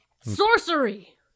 Sorcery